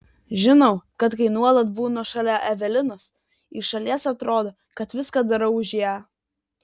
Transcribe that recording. žinau kad kai nuolat būnu šalia evelinos iš šalies atrodo kad viską darau už ją